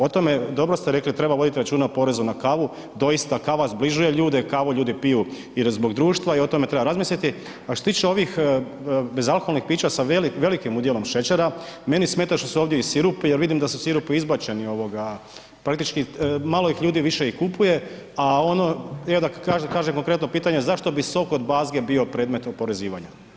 O tome, dobro ste rekli, treba vodit računa o porezu na kavu, doista kava zbližuje ljude, kavu ljudi piju jer je zbog društva i o tome treba razmisliti a što se tiče ovih bezalkoholnih pića sa velikim udjelom šećera, meni smetaju što su ovdje i sirupi jer vidim da su sirupi izbačeni praktički malo ih ljudi više i kupuje a ono evo da kažem konkretno pitanje, zašto bi sok od bazge bio predmet oporezivanja?